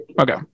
Okay